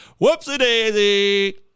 Whoopsie-daisy